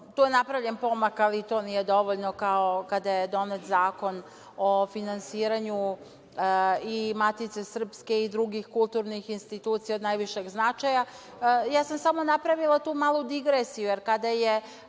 tu je napravljen pomak, ali to nije dovoljno, kao kada je donet Zakon o finansiranju i Matice srpske i drugih kulturnih institucija od najvišeg značaja. Ja sam samo napravila tu malu digresiju, jer kada je